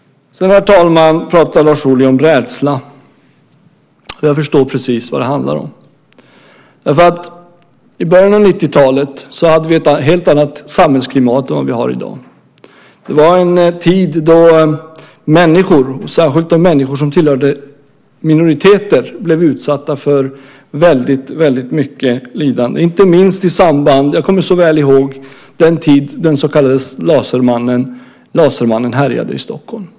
Herr talman! Sedan pratar Lars Ohly om rädsla. Jag förstår precis vad det handlar om. I början av 1990-talet hade vi ett helt annat samhällsklimat än vi har i dag. Det var en tid då människor, särskilt de människor som tillhörde minoriteter, blev utsatta för väldigt mycket lidande. Jag kommer så väl ihåg den tid den så kallade lasermannen härjade i Stockholm.